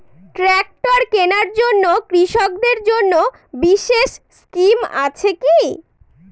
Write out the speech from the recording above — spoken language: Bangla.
ট্রাক্টর কেনার জন্য কৃষকদের জন্য বিশেষ স্কিম আছে কি?